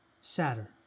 sadder